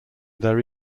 their